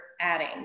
adding